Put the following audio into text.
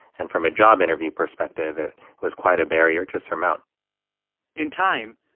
and from a job interview perspective, it was quite a barrier to surmount in time,